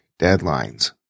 deadlines